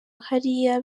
hariya